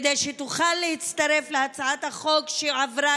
כדי שהיא תוכל להצטרף להצעת החוק שעברה,